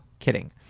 Kidding